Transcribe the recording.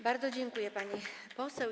Bardzo dziękuję, pani poseł.